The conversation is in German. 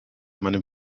meinem